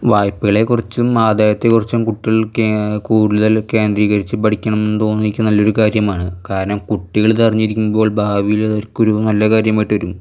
വായ്പകളെക്കുറിച്ചും ആദായത്തെക്കുറിച്ചും കുട്ടികള്ക്കെ കൂടുതല് കേന്ദ്രീകരിച്ച് പഠിക്കണം എന്ന് തോന്നിയെക്ക നല്ലൊരു കാര്യമാണ് കാരണം കുട്ടികൾ ഇതറിഞ്ഞിരിക്കുമ്പോൾ ഭാവിയിലത് അവര്ക്കൊരു നല്ല കാര്യമായിട്ട് വരും